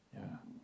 yeah